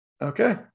Okay